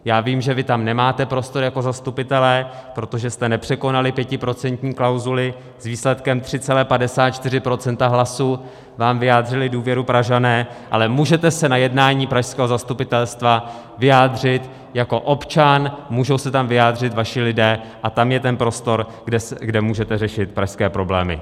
Já vím, že vy tam nemáte prostor jako zastupitelé, protože jste nepřekonali pětiprocentní klauzuli, s výsledkem 3,54 % hlasů vám vyjádřili důvěru Pražané, ale můžete se na jednání pražského zastupitelstva vyjádřit jako občan, můžou se tam vyjádřit vaši lidé a tam je ten prostor, kde můžete řešit pražské problémy.